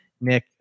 Nick